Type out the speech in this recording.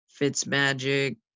Fitzmagic